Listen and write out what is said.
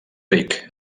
ric